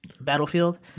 battlefield